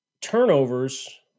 turnovers